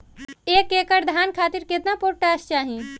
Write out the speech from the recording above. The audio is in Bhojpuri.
एक एकड़ धान खातिर केतना पोटाश चाही?